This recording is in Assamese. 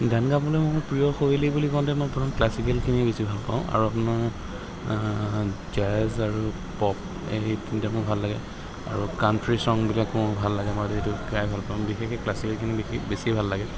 গান গাবলৈ মোৰ প্ৰিয় শৈলী বুলি কওঁতে মই প্ৰথম ক্লাছিকেলখিনি বেছি ভাল পাওঁ আৰু আপোনাৰ জেজ আৰু পপ এই তিনিটা মোৰ ভাল লাগে আৰু কাণ্ট্ৰি ছংবিলাক মোৰ ভাল লাগে মই যিহেতু গাই ভাল পাওঁ বিশেষকৈ ক্লাছিকেলখিনি বিশে বেছি ভাল লাগে